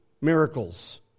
miracles